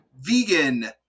vegan